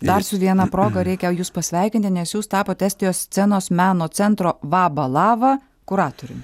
dar viena proga reikia jus pasveikinti nes jūs tapote estijos scenos meno centro vabalava kuratoriumi